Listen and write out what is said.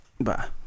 Bye